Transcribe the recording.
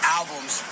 albums